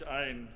ein